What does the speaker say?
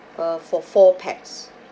uh for four pax